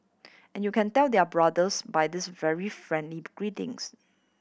and you can tell they are brothers by this very friendly greetings